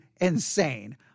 insane